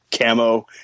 camo